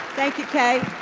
thank you, k.